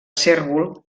cérvol